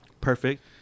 perfect